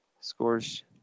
Scores